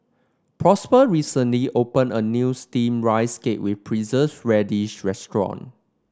Prosper recently opened a new steamed Rice Cake with radish restaurant